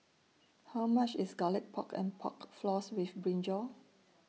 How much IS Garlic Pork and Pork Floss with Brinjal